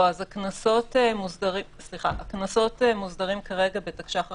הקנסות מוסדרים כרגע בתקש"ח אכיפה,